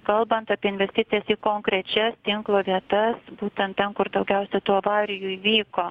kalbant apie investicijas į konkrečias tinklo vietas būtent ten kur daugiausia tų avarijų įvyko